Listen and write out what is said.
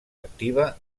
activa